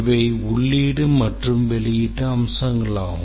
இவை உள்ளீடு மற்றும் வெளியீடு அம்சங்கள் ஆகும்